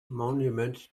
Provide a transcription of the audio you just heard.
monument